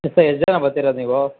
ದಿವಸ ಎಷ್ಟು ಜನ ಬರ್ತಿರದು ನೀವು